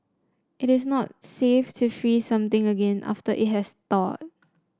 it is not safe to freeze something again after it has thawed